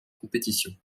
compétition